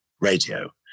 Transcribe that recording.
radio